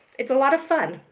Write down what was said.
it's a lot of fun.